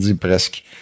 presque